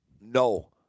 No